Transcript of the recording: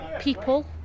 People